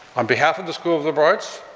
on behalf of the school of liberal arts,